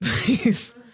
Please